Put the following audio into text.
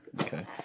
okay